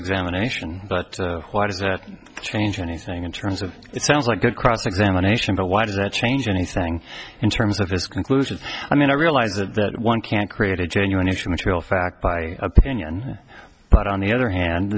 examination but why does that change anything in terms of it sounds like good cross examination but why does that change anything in terms of this conclusion i mean i realize that that one can create a genuine issue material fact by opinion but on the other hand